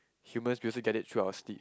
human basically get it through our sleep